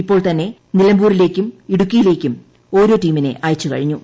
ഇപ്പോൾ തന്നെ നിലമ്പൂരിലേക്കും ഇടുക്കിയിലേക്കും ഓരോ ടീമിനെ അയച്ചു കഴിഞ്ഞു